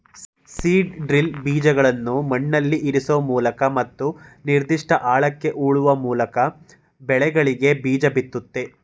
seed drill ಬೀಜಗಳ್ನ ಮಣ್ಣಲ್ಲಿಇರ್ಸೋಮೂಲಕ ಮತ್ತು ನಿರ್ದಿಷ್ಟ ಆಳಕ್ಕೆ ಹೂಳುವಮೂಲ್ಕಬೆಳೆಗಳಿಗೆಬೀಜಬಿತ್ತುತ್ತೆ